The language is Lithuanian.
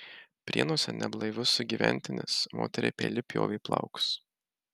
prienuose neblaivus sugyventinis moteriai peiliu pjovė plaukus